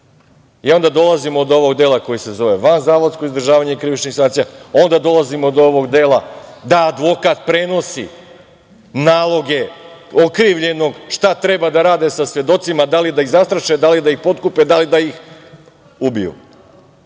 dolazimo do ovog dela koji se zove vanzavodsko izdržavanje krivičnih sankcija. Onda dolazimo do ovog dela da advokat prenosi naloge okrivljenog šta treba da rade sa svedocima, da li da ih zastraše, da li da ih potkupe, da li da ih ubiju.